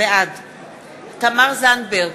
בעד תמר זנדברג,